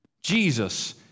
Jesus